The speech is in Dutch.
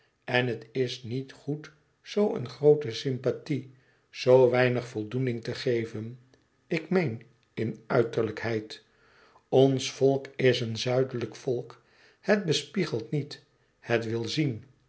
en het is niet goed zoo een groote sympathie zoo weinig voldoening te geven ik meen in uiterlijkheid ons volk is een zuidelijk volk het bespiegelt niet het wil zien